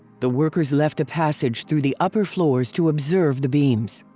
the workers left a passage through the upper floors to observe the beams.